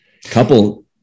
couple